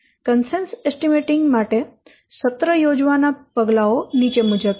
consensus estimating માટે સત્ર યોજવાના પગલાઓ નીચે મુજબ છે